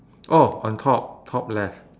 oh on top top left